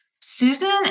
Susan